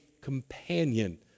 companion